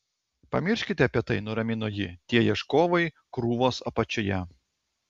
pamirškite apie tai nuramino ji tie ieškovai krūvos apačioje